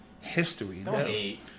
history